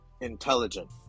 Intelligent